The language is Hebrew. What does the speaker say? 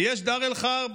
ויש גם דאר אל-חרב,